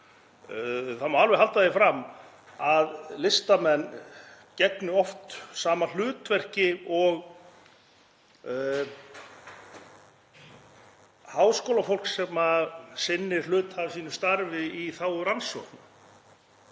Það má alveg halda því fram að listamenn gegni oft sama hlutverki og háskólafólk sem sinnir hluta af sínu starfi í þágu rannsókna.